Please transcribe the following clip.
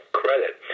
credit